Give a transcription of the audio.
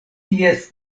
ties